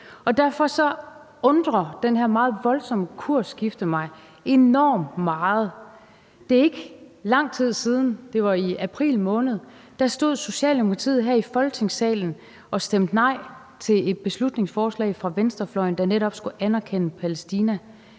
Derfor undrer det her meget voldsomme kursskifte mig enormt meget. Det er ikke lang tid siden – det var i april måned – at Socialdemokratiet stod her i Folketingssalen og stemte nej til et beslutningsforslag fra venstrefløjen, der netop skulle anerkende Palæstina.